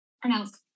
pronounced